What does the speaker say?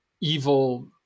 evil